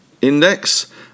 index